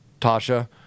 Tasha